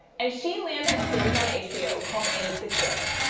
and she landed a series on hbo called inskeer ecure.